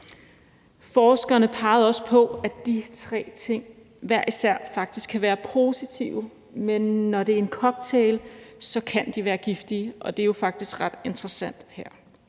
Forskerne pegede også på, at de tre ting hver især faktisk kan være positive, men når det er en cocktail af dem, kan de være giftige, og det er jo faktisk ret interessant her.